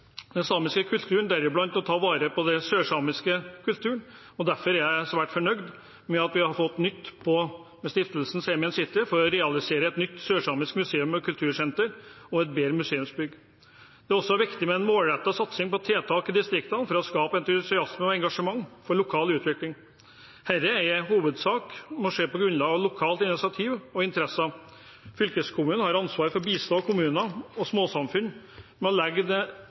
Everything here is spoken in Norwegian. den samiske kulturen, deriblant sørsamisk kultur. Derfor er jeg svært fornøyd med at vi på nytt kan se på stiftelsen Saemien Sijte for å realisere et nytt sørsamisk museum og kultursenter og et bedre museumsbygg. Det er også viktig med en målrettet satsing på tiltak i distriktene for å skape entusiasme og engasjement for lokal utvikling. Dette må i hovedsak skje på grunnlag av lokalt initiativ og interesser. Fylkeskommunen har ansvar for å bistå kommuner og småsamfunn med å legge